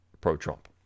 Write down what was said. pro-Trump